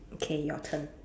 okay your turn